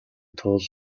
тул